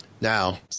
Now